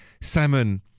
Simon